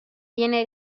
viene